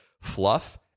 fluff